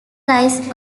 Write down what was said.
rise